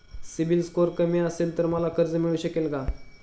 CIBIL score कमी असेल तर मला कर्ज मिळू शकेल का?